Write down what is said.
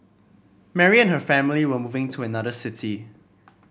Mary and her family were moving to another city